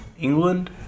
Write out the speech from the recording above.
England